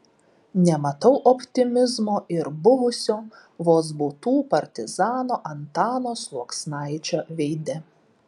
nematau optimizmo ir buvusio vozbutų partizano antano sluoksnaičio veide